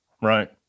right